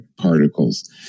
particles